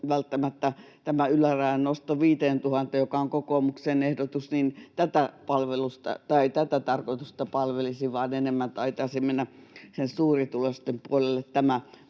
tämä ylärajan nosto 5 000:een, joka on kokoomuksen ehdotus, tätä tarkoitusta palvelisi enemmän — taitaisi mennä sinne suurituloisten puolelle